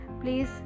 Please